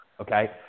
okay